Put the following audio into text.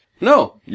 No